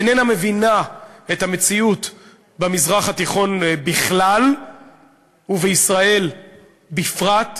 איננה מבינה את המציאות במזרח התיכון בכלל ובישראל בפרט.